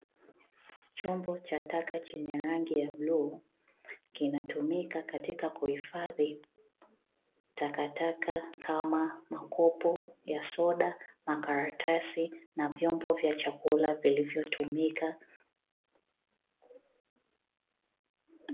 Chombo cha taka chenye rangi ya bluu kinatumika katika kuhifadhi takataka kama makopo ya soda, makaratasi na vyombo vya chakula vilivyotumika.